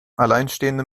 alleinstehende